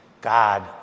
God